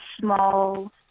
small